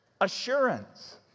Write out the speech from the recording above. assurance